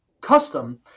custom